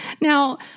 now